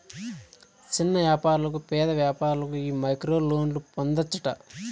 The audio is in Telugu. సిన్న యాపారులకు, పేద వ్యాపారులకు ఈ మైక్రోలోన్లు పొందచ్చట